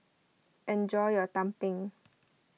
enjoy your Tumpeng